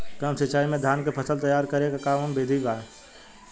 कम सिचाई में धान के फसल तैयार करे क कवन बिधि बा?